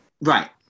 Right